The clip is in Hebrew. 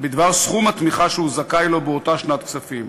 בדבר סכום התמיכה שהוא זכאי לו באותה שנת כספים.